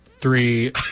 Three